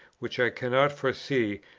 which i cannot foresee,